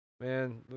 man